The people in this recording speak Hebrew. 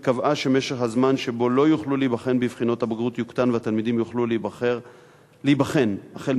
וקבעה שמשך הזמן שבו לא יוכלו התלמידים להיבחן בבחינות הבגרות יוקטן,